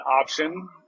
option